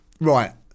right